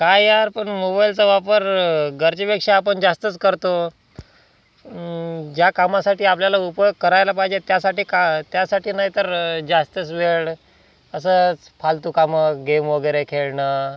काय यार पण मोबाईलचा वापर गरजेपेक्षा आपण जास्तच करतो ज्या कामासाठी आपल्याला उपयोग करायला पाहिजे त्यासाठी का त्यासाठी नाही तर जास्तच वेळ असंच फालतू कामं गेम वगैरे खेळणं